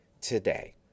today